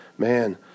man